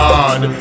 God